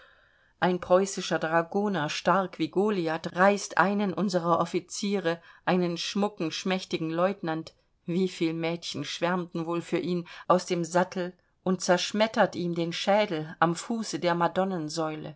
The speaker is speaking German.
ein preußischer dragoner stark wie goliath reißt einen unserer offiziere einen schmucken schmächtigen lieutenant wie viel mädchen schwärmten wohl für ihn aus dem sattel und zerschmettert ihm den schädel am fuße der